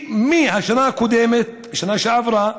מהשנה הקודמת, השנה שעברה,